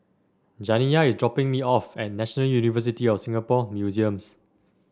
Janiya is dropping me off at National University of Singapore Museums